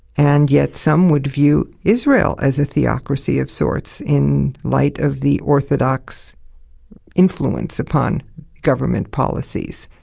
and yet some would view israel as a theocracy of sorts in light of the orthodox influence upon government policies.